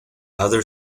other